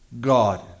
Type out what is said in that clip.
God